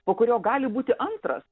po kurio gali būti antras